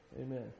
Amen